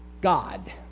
God